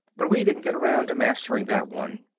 but we didn't get around to mastering that one.